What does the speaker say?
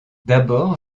d’abord